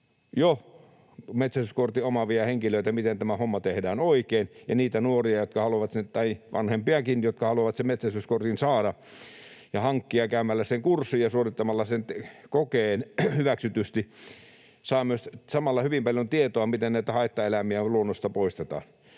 jo metsästyskortin omaavia henkilöitä, miten tämä homma tehdään oikein, ja niitä nuoria tai vanhempiakin, jotka haluavat sen metsästyskortin saada ja hankkia käymällä sen kurssin ja suorittamalla sen kokeen hyväksytysti. Samalla saa myös hyvin paljon tietoa, miten näitä haittaeläimiä luonnosta poistetaan.